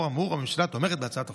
לאור האמור, הממשלה תומכת בהצעת החוק.